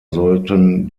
sollten